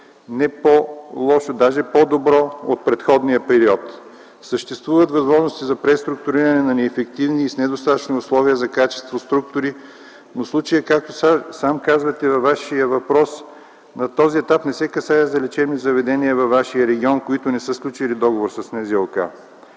не по-лошо, даже по-добро от предходния период. Съществуват възможности за преструктуриране на неефективни и с недостатъчни условия за качество структури, но в случая, както сам казвате във Вашия въпрос, на този етап не се касае за лечебни заведения във Вашия регион, които не са сключили договор с НЗОК.